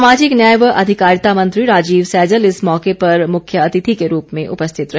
सामाजिक न्याय व अधिकारिता मंत्री राजीव सैजल इस मौके पर मुख्य अतिथि के रूप में उपस्थित रहे